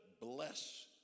bless